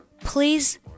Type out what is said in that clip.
please